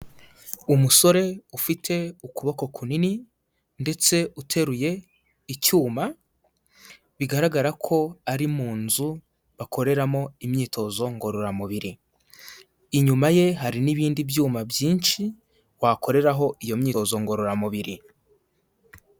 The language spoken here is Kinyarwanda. Umusore ufite ukuboko kunini ndetse uteruye icyuma, bigaragara ko ari mu nzu bakoreramo imyitozo ngororamubiri. Inyuma ye hari n'ibindi byuma byinshi wakoreraho iyo myitozo ngororamubiri.